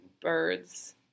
birds